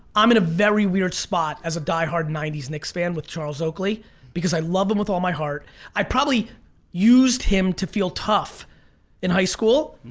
i'm in a very weird spot as a die-hard nineties knicks fan with charles oakley because i love him with all my heart i probably used him to feel tough in high school.